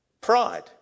Pride